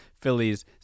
Phillies